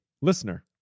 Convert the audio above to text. listener